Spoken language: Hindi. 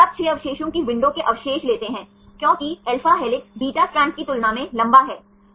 फिर आप 6 अवशेषों की विंडो के अवशेष लेते हैं क्योंकि alpha हेलिक्स beta स्ट्रैंड्स की तुलना में लंबा है